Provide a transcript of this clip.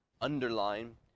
underline